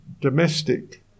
domestic